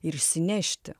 ir išsinešti